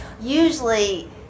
usually